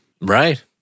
Right